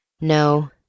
No